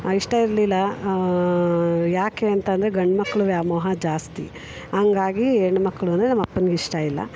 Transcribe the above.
ಇಷ್ಟ ಇರಲಿಲ್ಲ ಯಾಕೆ ಅಂತ ಅಂದ್ರೆ ಗಂಡು ಮಕ್ಳು ವ್ಯಾಮೋಹ ಜಾಸ್ತಿ ಹಂಗಾಗಿ ಹೆಣ್ಮಕ್ಳು ಅಂದರೆ ನಮ್ಮಪ್ಪಂಗೆ ಇಷ್ಟ ಇಲ್ಲ